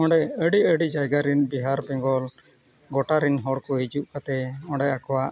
ᱚᱸᱰᱮ ᱟᱹᱰᱤ ᱟᱹᱰᱤ ᱡᱟᱭᱜᱟ ᱨᱮᱱ ᱵᱤᱦᱟᱨ ᱵᱮᱝᱜᱚᱞ ᱜᱚᱴᱟ ᱨᱮᱱ ᱦᱚᱲ ᱠᱚ ᱦᱤᱡᱩᱜ ᱠᱟᱛᱮᱫ ᱚᱸᱰᱮ ᱟᱠᱚᱣᱟᱜ